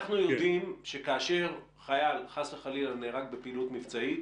אנחנו יודעים שכאשר חייל חס וחלילה נהרג בפעילות מבצעית